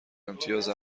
امتیاز